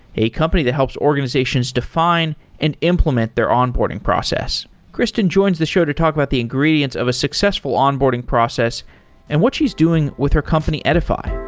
a company that help organizations define and implement their onboarding process. kristen joins the show to talk about the ingredients of a successful onboarding process and what she's doing with her company, edify.